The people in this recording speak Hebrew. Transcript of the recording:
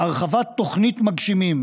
הרחבת תוכנית "מגשימים",